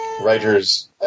writer's